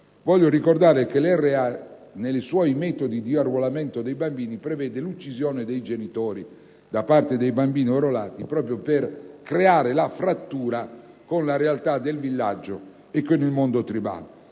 l'altro, che l'LRA nei suoi metodi di arruolamento dei bambini prevede l'uccisione dei genitori da parte dei bambini arruolati proprio per creare la frattura con la realtà del villaggio e con il mondo tribale.